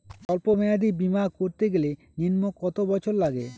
সল্প মেয়াদী বীমা করতে গেলে নিম্ন কত বছর লাগে?